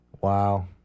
Wow